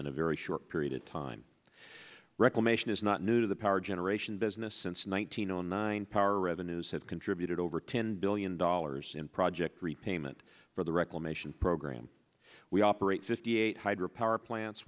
in a very short period of time reclamation is not new to the power generation business since one thousand and nine power revenues have contributed over ten billion dollars in project repayment for the reclamation program we operate fifty eight hydro power plants